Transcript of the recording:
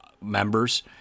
members